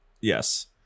Yes